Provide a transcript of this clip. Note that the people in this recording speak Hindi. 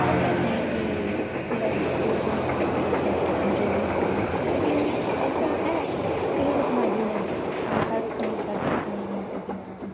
सब कहते हैं कि लड़कों के मुताबिक लड़कियाँ थोड़ा कमजोर होती है लेकिन ऐसा है लेकिन उतना भी नहीं अब हर काम कर सकती हैं लड़कों के बराबर